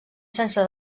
sense